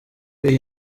iyi